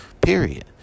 period